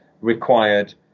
required